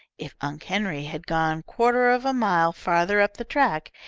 if unc' henry had gone quarter of a mile farther up the track,